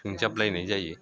सुंजाबलायनाय जायो